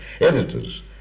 Editors